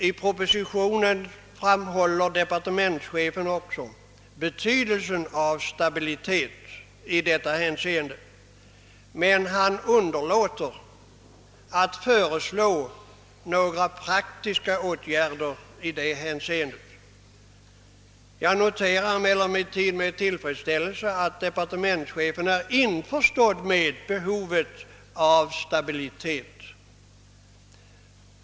I propositionen framhåller också departementschefen betydelsen av stabilitet i detta hänseende, men han underlåter att föreslå några praktiska åtgärder i sådant syfte. Jag noterar emellertid med tillfredsställelse att departementschefen är införstådd med behovet av stabilitet.